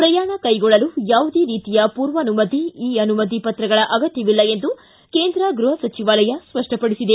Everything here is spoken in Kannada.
ಪ್ರಯಾಣ ಕೈಗೊಳ್ಳಲು ಯಾವುದೇ ರೀತಿಯ ಪೂರ್ವಾನುಮತಿ ಇ ಅನುಮತಿ ಪತ್ರಗಳ ಅಗತ್ಯವಿಲ್ಲ ಎಂದು ಕೇಂದ್ರ ಗೃಹ ಸಚಿವಾಲಯ ಸ್ಪಷ್ಟಪಡಿಸಿದೆ